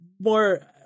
More